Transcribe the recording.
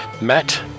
Matt